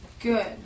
good